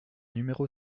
numéro